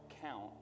count